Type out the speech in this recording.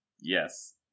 Yes